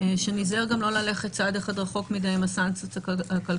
שניזהר גם לא ללכת צעד אחד רחוק מדי עם הסנקציות הכלכליות,